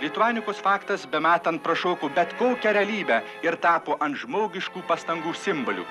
lituanikos faktas bematant prašoko bet kokią realybę ir tapo antžmogiškų pastangų simboliu